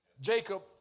Jacob